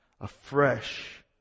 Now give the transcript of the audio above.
afresh